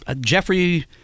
Jeffrey